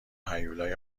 هیولای